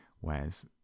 whereas